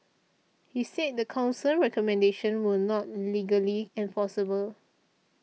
he said the Council's recommendations were not legally enforceable